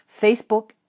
Facebook